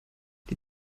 die